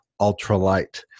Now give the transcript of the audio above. ultralight